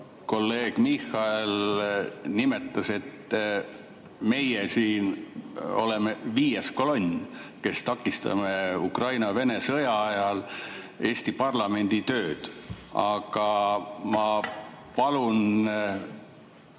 kolleeg Michal nimetas, et meie siin oleme viies kolonn, kes takistame Ukraina-Vene sõja ajal Eesti parlamendi tööd. Aga ma palun